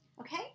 Okay